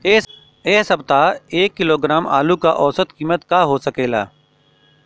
एह सप्ताह एक किलोग्राम आलू क औसत कीमत का हो सकेला?